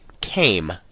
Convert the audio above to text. came